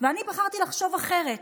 ואני בחרתי לחשוב אחרת,